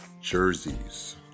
jerseys